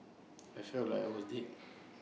I felt like I was dead